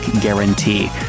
guarantee